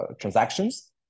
transactions